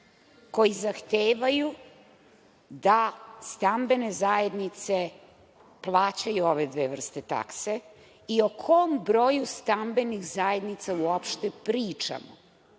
koji zahtevaju da stambene zajednice plaćaju ove dve vrste takse i o kojim stambenim zajednicama uopšte